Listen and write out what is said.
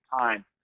time